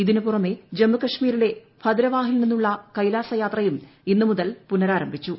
ഇതിനു പുറമേ ജമ്മു കശ്മീരിലെ ഭദ്രവാഹിൽ നിന്നുള്ള കൈലാസ യാത്രയും ഇന്ന് മുതൽ പുനരാരംഭിച്ചു